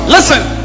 listen